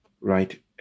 right